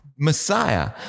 Messiah